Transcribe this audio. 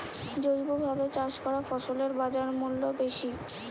জৈবভাবে চাষ করা ফসলের বাজারমূল্য বেশি